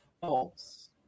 false